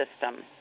system